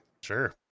Sure